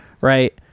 right